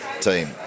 team